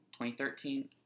2013